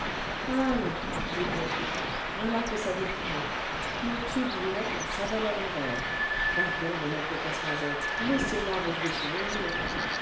allons dit ponto voilà que ça lui reprend nos tubes lui mettent la cervelle à l'envers voyons mon oncle casse-noisette laissez là vos vieux souvenirs